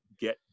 get